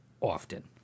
often